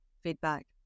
feedback